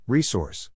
Resource